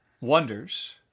wonders